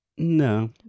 No